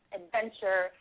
adventure